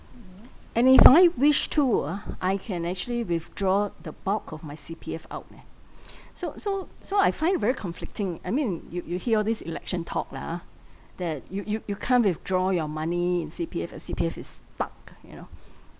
and if I wish to ah I can actually withdraw the bulk of my C_P_F out eh so so so I find very conflicting I mean you you hear all this election talk lah ah that you you you can't withdraw your money in C_P_F ah C_P_F is parked you know